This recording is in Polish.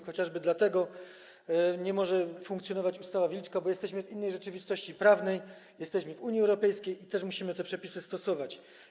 Chociażby dlatego nie może funkcjonować ustawa Wilczka, że jesteśmy w innej rzeczywistości prawnej, jesteśmy w Unii Europejskiej i musimy te przepisy stosować.